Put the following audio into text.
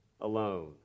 alone